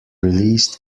released